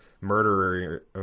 murderer